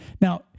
Now